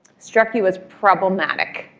struck you as problematic,